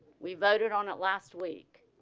we voted on it last week.